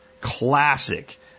classic